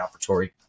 operatory